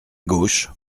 gauche